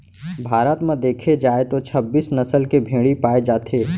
भारत म देखे जाए तो छब्बीस नसल के भेड़ी पाए जाथे